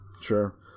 sure